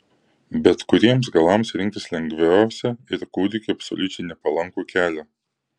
bet kuriems galams rinktis lengviausia ir kūdikiui absoliučiai nepalankų kelią